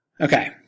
Okay